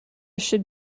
should